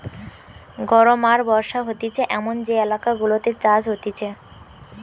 গরম আর বর্ষা হতিছে এমন যে এলাকা গুলাতে চাষ হতিছে